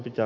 pitää